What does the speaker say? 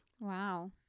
Wow